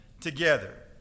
together